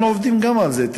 אנחנו עובדים גם על זה.